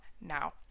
now